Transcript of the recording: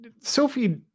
Sophie